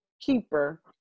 keeper